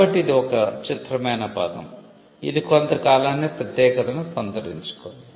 కాబట్టి ఇది ఒక చిత్రమైన పదం ఇది కొంత కాలానికి ప్రత్యేకతను సంతరించుకుంది